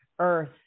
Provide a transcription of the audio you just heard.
earth